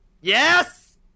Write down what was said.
Yes